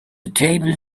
table